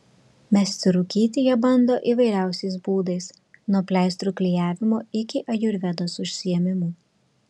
mesti rūkyti jie bando įvairiausiais būdais nuo pleistrų klijavimo iki ajurvedos užsiėmimų